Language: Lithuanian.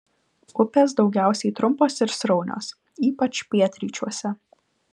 upės daugiausiai trumpos ir sraunios ypač pietryčiuose